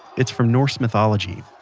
it's from norse mythology.